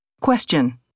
Question